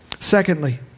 Secondly